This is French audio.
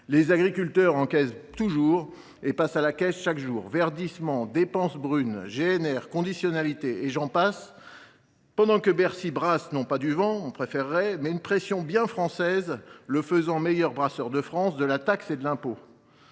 Les agriculteurs encaissent toujours et passent à la caisse chaque jour – verdissement, dépense brune, GNR, conditionnalité, et j’en passe –, pendant que Bercy brasse non pas du vent, ce que nous préférerions, mais une pression bien française, l’élevant au rang de meilleur brasseur de France de la taxe et de l’impôt